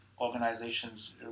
Organizations